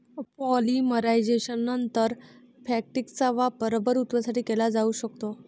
पॉलिमरायझेशननंतर, फॅक्टिसचा वापर रबर उत्पादनासाठी केला जाऊ शकतो